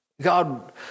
God